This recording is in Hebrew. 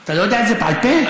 אתה לא יודע את זה בעל פה?